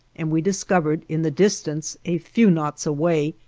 and we discovered in the distance, a few knots away,